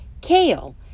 Kale